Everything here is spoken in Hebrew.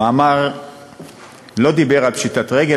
המאמר לא דיבר על פשיטת רגל,